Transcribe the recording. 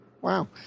Wow